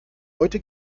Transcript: heute